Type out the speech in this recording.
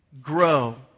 Grow